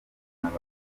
mwana